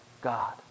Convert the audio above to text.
God